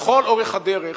לכל אורך הדרך